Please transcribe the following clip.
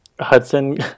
Hudson